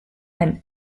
einen